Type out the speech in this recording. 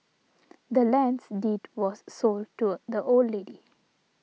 the land's deed was sold to a the old lady